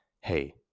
hey